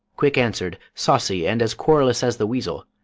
quick-answer'd, saucy, and as quarrelous as the weasel.